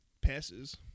passes